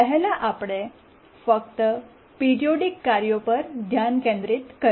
પહેલાં આપણે ફક્ત પિરીયોડીક કાર્યો પર ધ્યાન કેન્દ્રિત કર્યું